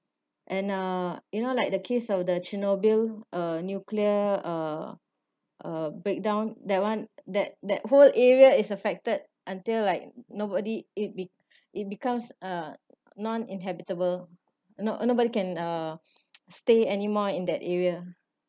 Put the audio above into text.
and uh you know like the case of the chernobyl uh nuclear uh breakdown that [one] that that whole area is affected until like nobody it be it becomes a non inhabitable no nobody can uh stay anymore in that area